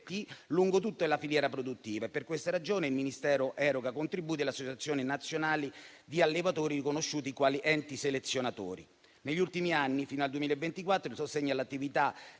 lungo tutta la filiera produttiva. Per questa ragione il Ministero eroga contributi alle associazioni nazionali di allevatori riconosciuti quali enti selezionatori. Negli ultimi anni, fino al 2024, il sostegno all'attività